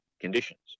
conditions